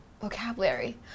vocabulary